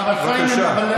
לעבוד לפי הנוהל,